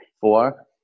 Four